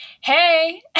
Hey